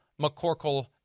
McCorkle